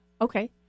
Okay